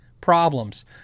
problems